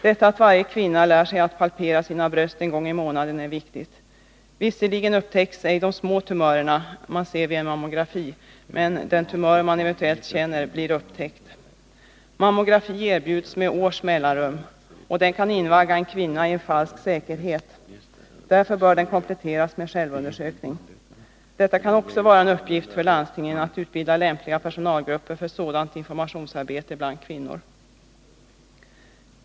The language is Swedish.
Detta att varje kvinna lär sig att palpera sina bröst en gång i månaden är viktigt. Visserligen upptäcks ej de små tumörerna, som man ser vid en mammografi, men den tumör man eventuellt känner blir upptäckt. Mammografin erbjuds med års mellanrum, och det kan invagga en kvinna i falsk säkerhet. Därför bör den metoden kompletteras med självundersökning. Det kan vara en uppgift för landstingen att utbilda lämpliga personalgrupper också för sådant informationsarbete bland kvinnor.